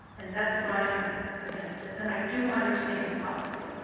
and that's why i'm against it and i do understand the policy.